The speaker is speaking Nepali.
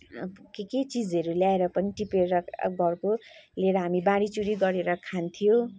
अब के के चिजहरू ल्याएर पनि टिपेर अब घरको लिएर हामी बाँडीचुँडी गरेर खान्थ्यौँ